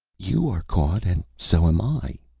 you are caught and so am i,